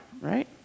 right